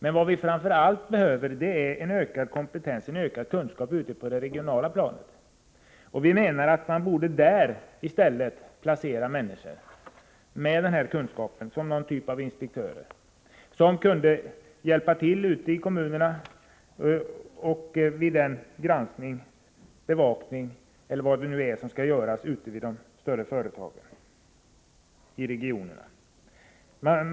Men vad vi framför allt behöver är en ökad kompetens på det regionala planet. Vi menar därför att man i stället borde inrätta något slags inspektörer med denna kunskap. De skulle kunna hjälpa till ute i kommunerna och vid granskningar, bevakning, m.m. ute vid de större företagen i regionerna.